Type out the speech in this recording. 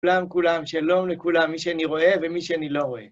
שלום לכולם, מי שאני רואה ומי שאני לא רואה.